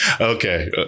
Okay